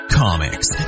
comics